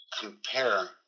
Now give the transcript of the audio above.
compare